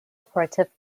operative